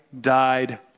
died